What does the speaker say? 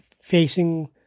facing